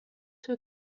too